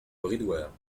bridoire